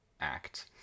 act